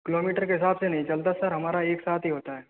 kilometre के हिसाब से नहीं चलता सर हमारा एक साथ ही होता है